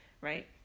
right